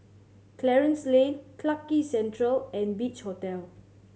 Clarence Lane Clarke Quay Central and Beach Hotel